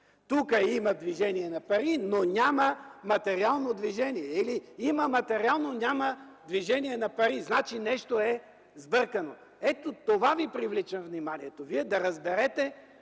Тук има движение на пари, но няма материално движение или има материално, няма движение на пари. Значи нещо е сбъркано. Ето на това привличам вниманието Ви. Вие да разберете